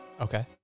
Okay